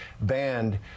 banned